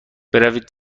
بروید